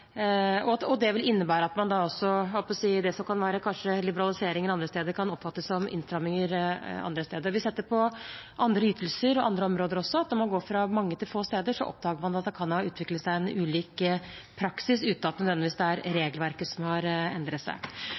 Det vil innebære at det som kanskje kan være liberalisering ett sted, kan oppfattes som innstramming andre steder. Vi har også sett på andre ytelser og på andre områder at når man går fra mange til få steder, oppdager man at det kan ha utviklet seg ulik praksis, uten at det nødvendigvis er regelverket som har endret seg.